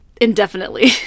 indefinitely